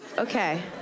Okay